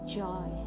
joy